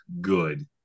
good